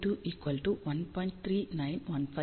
அதற்கான தீர்வு nΨ 2 1